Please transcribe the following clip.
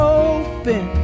open